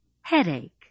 Headache